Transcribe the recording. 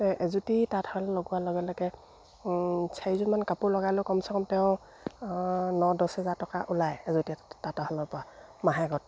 এযুতি তাঁতশাল লগোৱাৰ লগে লগে চাৰিযোৰমান কাপোৰ লগালে কমচে কম তেওঁৰ ন দছ হেজাৰ টকা ওলায় এযুতি তাঁত শালৰ পৰা মাহেকত